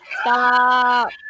Stop